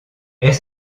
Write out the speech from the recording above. est